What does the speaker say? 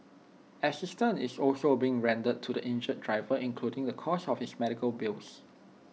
assistance is also being rendered to the injured driver including the cost of his medical bills